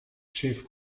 chief